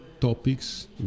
topics